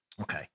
Okay